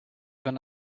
when